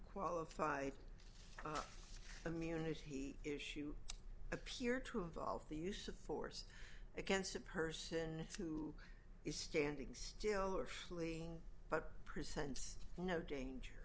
qualified immunity issue appear to involve the use of force against a person who is standing still or fleeing but presents no danger